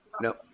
No